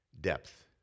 Depth